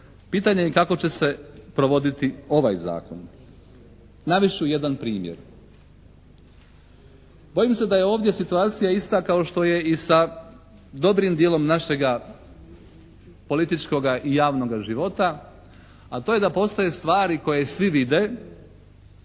Pitanje je kako će se provoditi ovaj Zakon? Navest ću jedan primjer. Bojim se da je ovdje situacija ista kao što je i sa dobrim dijelom našega političkoga i javnoga života, a to je da postoje stvari koje svi vide,